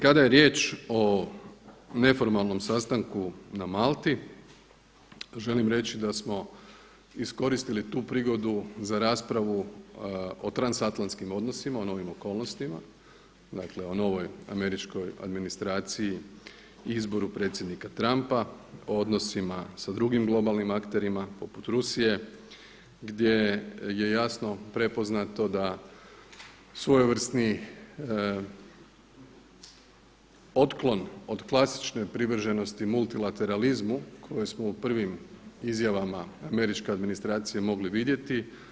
Kada je riječ o neformalnom sastanku na Malti želim reći da smo iskoristili tu prigodu za raspravu o transatlantskim odnosima, o novim okolnostima, dakle o novoj američkoj administraciji, izboru predsjednika Trumpa, o odnosima sa drugim globalnim akterima poput Rusije gdje je jasno prepoznato da svojevrsni otklon od klasične privrženosti multilateralizmu koje smo u prvim izjavama američke administracije mogli vidjeti.